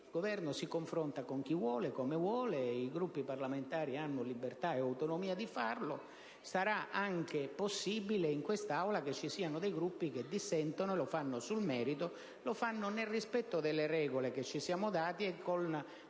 il Governo si confronti con chi vuole e come vuole. I Gruppi parlamentari hanno libertà e autonomia in questo campo. E sarà anche possibile in questa Aula che vi siano dei Gruppi che dissentono sul merito, nel rispetto delle regole che ci siamo dati e con